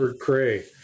Cray